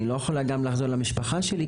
אני לא יכולה גם לחזור למשפחה שלי,